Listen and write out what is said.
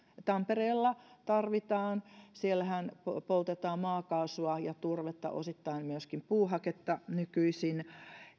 tampereella tarvitaan siellähän poltetaan maakaasua ja turvetta ja osittain myöskin puuhaketta nykyisin